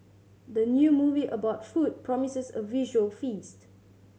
the new movie about food promises a visual feast